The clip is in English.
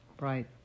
right